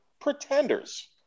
pretenders